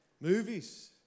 Movies